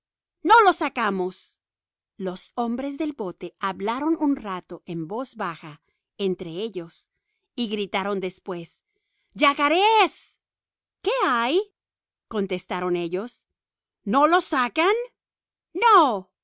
no lo sacamos los hombres del bote hablaron un rato en voz baja entre ellos y gritaron después yacarés qué hay contestaron ellos no lo sacan no